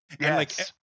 Yes